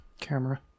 camera